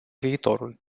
viitorul